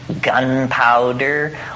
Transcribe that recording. gunpowder